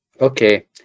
okay